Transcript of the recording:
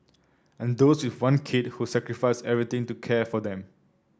and those with one kid who sacrificed everything to care for them